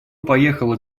поехала